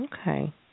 okay